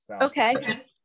Okay